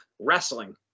wrestling